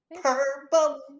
purple